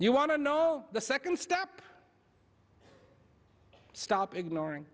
you want to know the second step stop ignoring